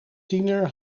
tiener